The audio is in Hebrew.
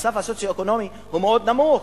המצב הסוציו-אקונומי, הוא מאוד נמוך.